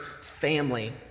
family